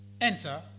enter